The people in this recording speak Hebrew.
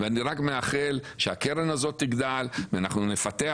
ואני רק מאחל שהקרן הזאת תגדל ואנחנו נפתח